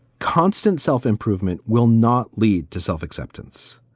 constant self-improvement will not lead to self acceptance.